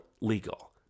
legal